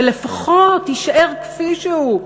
או לפחות יישאר כפי שהוא,